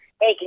hey